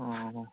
ꯑꯣ